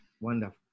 Wonderful